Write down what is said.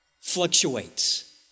fluctuates